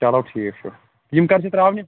چلو ٹھیٖک چھُ یِم کَر چھِ ترٛاونہِ